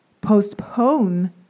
postpone